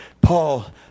Paul